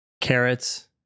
carrots